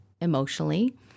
emotionally